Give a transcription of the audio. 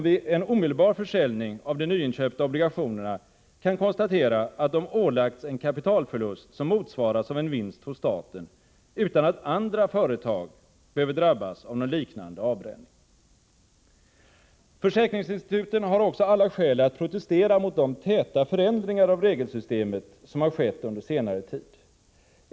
Vid en omedelbar försäljning av de nyinköpta obligationerna kan de således konstatera att de ålagts en kapitalförlust som motsvaras av en vinst hos staten, utan att andra företag behöver drabbas av någon liknande avbränning. Försäkringsinstituten har också alla skäl att protestera mot de täta förändringar av regelsystemet som har skett under senare tid.